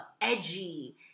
edgy